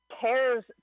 cares